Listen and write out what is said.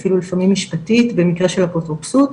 אפילו לפעמים משפטית במקרה של אפוטרופוסות.